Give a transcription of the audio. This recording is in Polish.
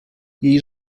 jej